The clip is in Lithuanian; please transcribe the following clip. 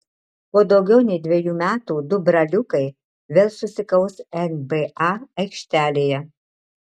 po daugiau nei dviejų metų du braliukai vėl susikaus nba aikštelėje